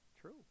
true